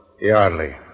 Yardley